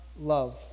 love